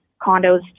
condos